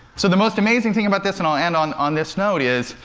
so the most amazing thing about this and i'll end on on this note is,